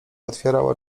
otwierała